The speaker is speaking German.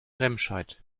remscheid